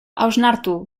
hausnartu